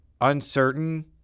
uncertain